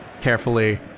carefully